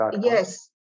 yes